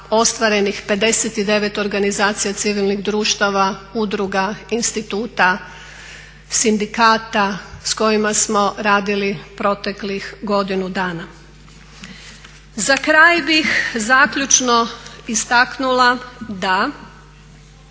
ostvarenih 59 organizacija civilnih društava, udruga, instituta, sindikata s kojima smo radili proteklih godinu dana. Za kraj bih zaključno istaknula da